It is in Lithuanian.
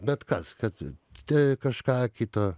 bet kas kad tei kažką kito